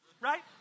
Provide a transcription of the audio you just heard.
right